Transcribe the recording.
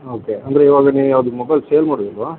ಹಾಂ ಓಕೆ ಅಂದರೆ ಇವಾಗ ನೀವು ಯಾವುದು ಮೊಬೈಲ್ ಸೇಲ್ ಮಾಡೋದಿಲ್ವಾ